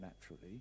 naturally